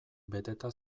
beteta